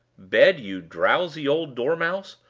bed, you drowsy old dormouse!